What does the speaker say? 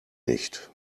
nicht